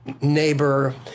neighbor